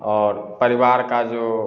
और परिवार का जो